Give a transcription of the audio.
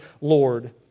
Lord